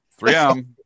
3m